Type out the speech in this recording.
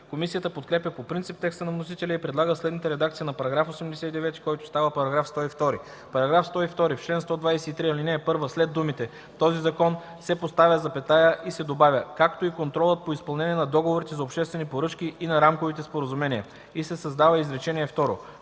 Комисията подкрепя по принцип текста на вносителя и предлага следната редакция на § 89, който става § 102: „§ 102. В чл. 123, ал. 1 след думите „този закон” се поставя запетая и се добавя „както и контролът по изпълнение на договорите за обществени поръчки и на рамковите споразумения” и се създава изречение второ: